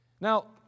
Now